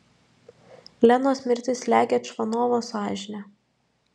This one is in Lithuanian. lenos mirtis slegia čvanovo sąžinę